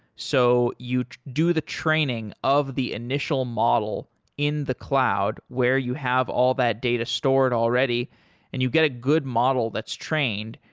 so you do the training of the initial model in the cloud where you have all that data stored already and you get a good model that's trained,